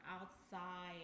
outside